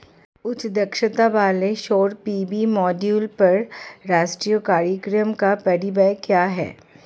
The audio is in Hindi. उच्च दक्षता वाले सौर पी.वी मॉड्यूल पर राष्ट्रीय कार्यक्रम का परिव्यय क्या है?